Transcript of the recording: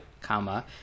comma